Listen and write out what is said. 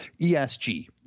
ESG